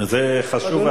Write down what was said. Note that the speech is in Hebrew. זה חשוב,